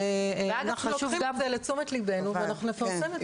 לקחנו לתשומת ליבנו, ואנחנו נפרסם את זה.